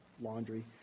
laundry